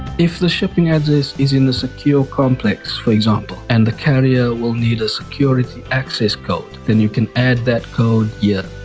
if the shipping address is in a secure complex for example and the carrier will need a security access code then you can add that code yeah